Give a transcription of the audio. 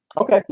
Okay